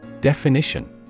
Definition